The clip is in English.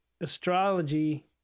astrology